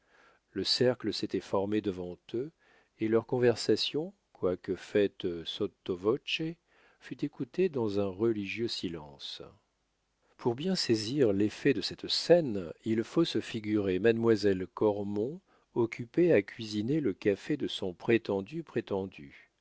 le cercle s'était formé devant eux et leur conversation quoique faite sotto voce fut écoutée dans un religieux silence pour bien saisir l'effet de cette scène il faut se figurer mademoiselle cormon occupée à cuisiner le café de son prétendu prétendu